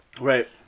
Right